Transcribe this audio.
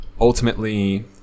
ultimately